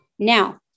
Now